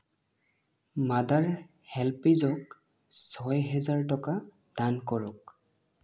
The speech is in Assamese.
মাডাৰ হেল্পএজক ছয়হেজাৰ টকা দান কৰক